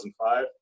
2005